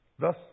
Thus